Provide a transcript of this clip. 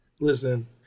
listen